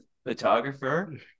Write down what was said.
Photographer